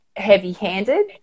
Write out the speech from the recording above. heavy-handed